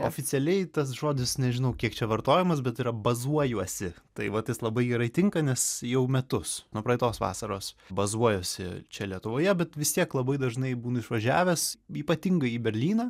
oficialiai tas žodis nežinau kiek čia vartojamas bet yra bazuojuosi tai vat jis labai gerai tinka nes jau metus nuo praeitos vasaros bazuojuosi čia lietuvoje bet vis tiek labai dažnai būnu išvažiavęs ypatingai į berlyną